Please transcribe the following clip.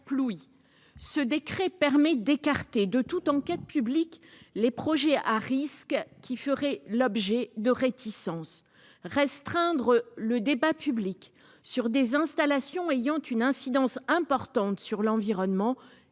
Ce décret permet d'écarter de toute enquête publique les projets à risque qui feraient l'objet de réticences. Restreindre le débat public sur des installations ayant une incidence importante sur l'environnement